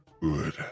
good